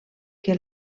que